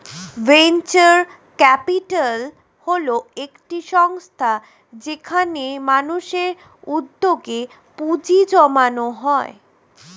venture capital হল একটি সংস্থা যেখানে মানুষের উদ্যোগে পুঁজি জমানো হয়